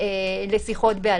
לשיחות בעל-פה.